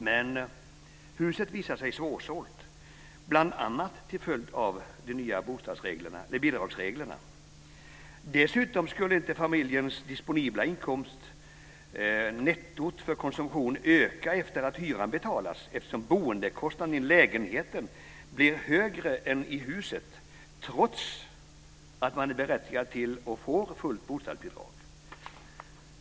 Men huset visar sig svårsålt, bl.a. till följd av de nya bidragsreglerna. Dessutom skulle inte familjens disponibla inkomst netto för konsumtion öka efter att hyran betalats, eftersom boendekostnaden i lägenheten blir högre än i huset trots att man är berättigad till och får fullt bostadsbidrag.